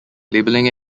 labeling